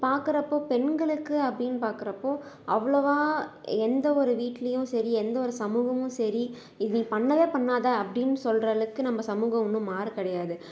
பார்க்குறப்போ பெண்களுக்கு அப்படினு பார்க்குறப்போ அவ்வளவா எந்த ஒரு வீட்டுலேயும் சரி எந்த ஒரு சமூகமும் சரி இதை பண்ணவே பண்ணாதே அப்படினு சொல்கிற அளவுக்கு நம்ம சமூகம் ஒன்றும் மாற கிடையாது